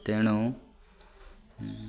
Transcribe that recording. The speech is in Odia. ତେଣୁ